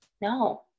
no